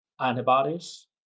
antibodies